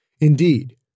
Indeed